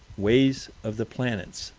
ways of the planets,